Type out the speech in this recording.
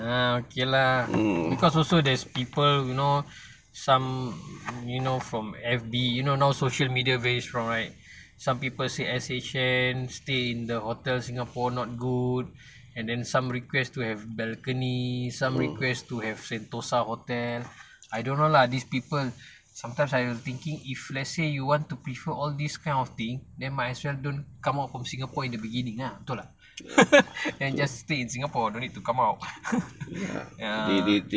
ah okay lah because there is also people you know some you know from every you know now social media very strong right some people say S_H_N stay in the hotel singapore not good and then some request to have balcony some request to have sentosa hotel I don't know lah these people sometimes I thinking if let say you want to prefer all these kind of thing then might as well don't come out from singapore in the beginning ah betul tak then just stay in singapore don't need to come out ya